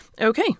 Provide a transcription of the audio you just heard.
okay